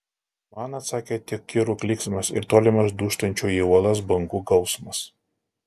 man atsakė tik kirų klyksmas ir tolimas dūžtančių į uolas bangų gausmas